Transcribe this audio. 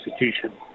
institution